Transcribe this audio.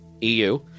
eu